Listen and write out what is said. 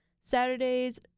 Saturdays